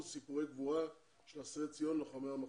סיפורי גבורה של אסירי ציון לוחמי המחתרות.